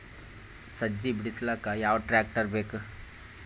ಸಜ್ಜಿ ಬಿಡಿಸಿಲಕ ಯಾವ ಟ್ರಾಕ್ಟರ್ ಬೇಕ?